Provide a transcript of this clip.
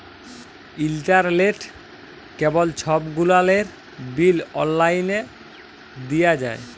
ইলটারলেট, কেবল ছব গুলালের বিল অললাইলে দিঁয়া যায়